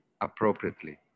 appropriately